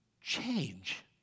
Change